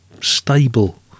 stable